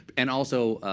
and also,